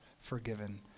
forgiven